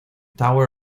tower